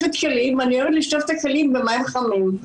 ואני אוהבת לשטוף את הכלים במים חמים.